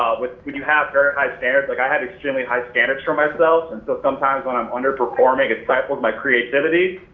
ah would would you have very high standards? like i had extremely high standards for myself and so sometimes when i'm underperforming it stifled my creativity.